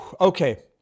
Okay